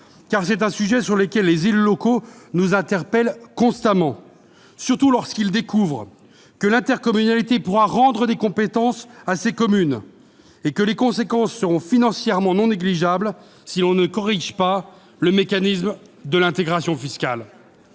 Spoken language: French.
car c'est un sujet sur lequel les élus locaux nous interpellent constamment, surtout lorsqu'ils découvrent que l'intercommunalité pourra rendre des compétences à ses communes membres et que les conséquences en seront financièrement non négligeables si l'on ne corrige pas le mécanisme de l'intégration fiscale.